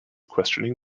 questioning